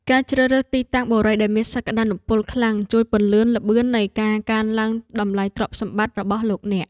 ការជ្រើសរើសទីតាំងបុរីដែលមានសក្តានុពលខ្លាំងជួយពន្លឿនល្បឿននៃការកើនឡើងតម្លៃទ្រព្យសម្បត្តិរបស់លោកអ្នក។